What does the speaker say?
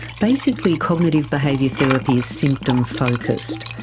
basically cognitive behaviour therapy is symptom focused,